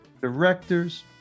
directors